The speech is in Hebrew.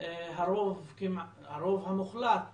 הרוב המוחלט